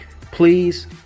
please